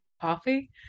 coffee